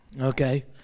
okay